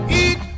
eat